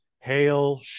hail